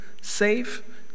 safe